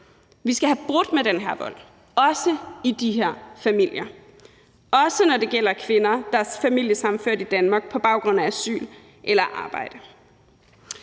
Vi skal have brudt med den her vold, også i de her familier – også når det gælder kvinder, der er familiesammenført i Danmark på baggrund af asyl eller arbejde.